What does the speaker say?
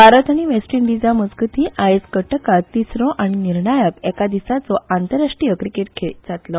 भारत आनी वेस्ट इंडिजा मजगती आयज कटकात तिसरो आनी निर्णायक एका दिसाचो आंतरराष्ट्रीय क्रिकेट खेळ जातलो